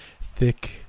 Thick